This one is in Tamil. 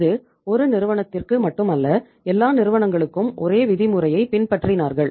இது 1 நிறுவனத்திற்கு மட்டும் அல்ல எல்லா நிறுவனங்களும் ஒரே விதிமுறையைப் பின்பற்றிநார்கள்